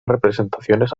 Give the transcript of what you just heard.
representaciones